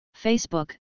Facebook